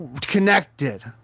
connected